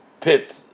pit